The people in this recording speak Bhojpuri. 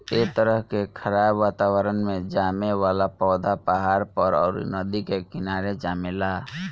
ए तरह के खराब वातावरण में जामे वाला पौधा पहाड़ पर, अउरी नदी के किनारे जामेला